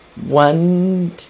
one